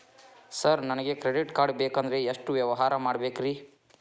Sir ನನಗೆ credit card ಬೇಕಂದ್ರೆ ಎಷ್ಟು ವ್ಯವಹಾರ ಮಾಡಬೇಕ್ರಿ?